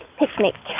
picnic